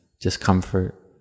discomfort